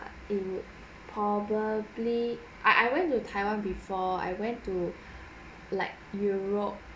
it would probably I I went to taiwan before I went to like europe